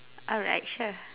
alright sure